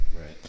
right